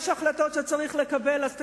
יש החלטות שצריך לקבל, אז תקבל.